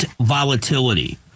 volatility